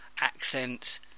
accents